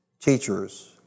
teachers